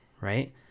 right